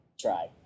try